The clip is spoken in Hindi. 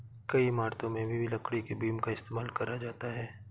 कई इमारतों में भी लकड़ी के बीम का इस्तेमाल करा जाता है